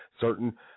Certain